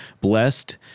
Blessed